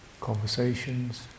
conversations